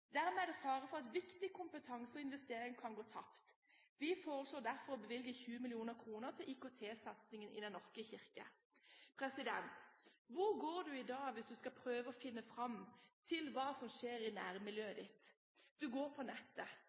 Dermed er det fare for at viktig kompetanse og investering går tapt. Vi foreslår derfor å bevilge 20 mill. kr til IKT-satsingen i Den norske kirke. Hvor går du i dag hvis du skal prøve å finne fram til hva som skjer i nærmiljøet ditt? Du går på nettet.